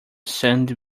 sandy